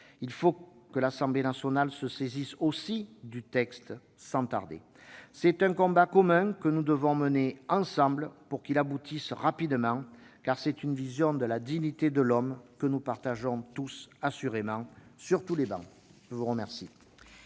aussi que l'Assemblée nationale se saisisse du texte sans tarder. C'est un combat commun que nous devons mener ensemble pour qu'il aboutisse rapidement, car c'est une vision de la dignité de l'homme que nous partageons assurément sur toutes les travées ! La parole